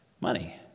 money